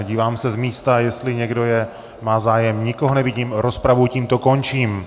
Dívám se, z místa jestli někdo má zájem, nikoho nevidím, rozpravu tímto končím.